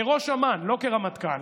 כראש אמ"ן,